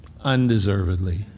Undeservedly